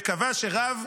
וקבעה שרב,